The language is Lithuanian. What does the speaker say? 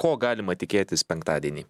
ko galima tikėtis penktadienį